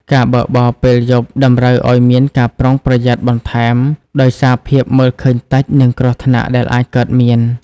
ការបើកបរពេលយប់តម្រូវឱ្យមានការប្រុងប្រយ័ត្នបន្ថែម ដោយសារភាពមើលឃើញតិច និងគ្រោះថ្នាក់ដែលអាចកើតមាន។